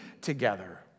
together